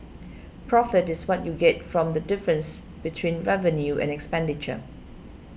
profit is what you get from the difference between revenue and expenditure